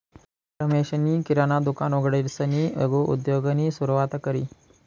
रमेशनी किराणा दुकान उघडीसन लघु उद्योगनी सुरुवात करी